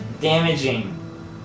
damaging